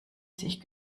sich